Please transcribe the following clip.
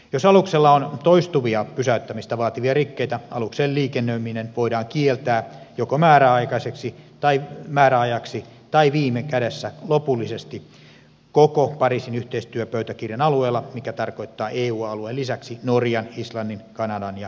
jos aluksella on toistuvia pysäyttämistä vaativia rikkeitä aluksen liikennöiminen voidaan kieltää joko määräajaksi tai viime kädessä lopullisesti koko pariisin yhteistyöpöytäkirjan alueella mikä tarkoittaa eu alueen lisäksi norjan islannin kanadan ja venäjän satamia